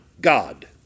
God